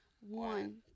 One